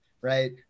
right